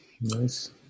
Nice